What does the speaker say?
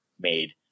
made